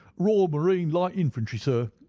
royal marine light infantry, sir.